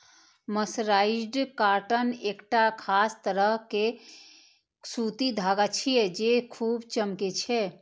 mercerised cotton एकटा खास तरह के सूती धागा छियै, जे खूब चमकै छै